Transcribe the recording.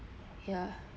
ya